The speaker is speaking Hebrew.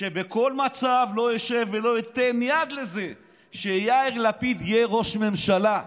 שבכל מצב לא אשב ולא אתן יד לזה שיאיר לפיד יהיה ראש ממשלה.